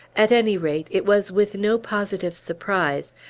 at any rate, it was with no positive surprise,